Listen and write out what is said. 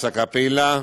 הפסקה פעילה,